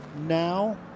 now